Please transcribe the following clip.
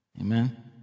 Amen